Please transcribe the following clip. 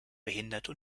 behinderte